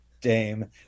dame